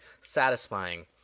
satisfying